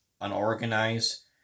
Unorganized